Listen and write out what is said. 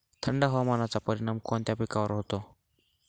थंड हवामानाचा परिणाम कोणत्या पिकावर होतो?